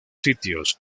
sitios